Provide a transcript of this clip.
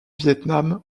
vietnam